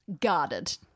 guarded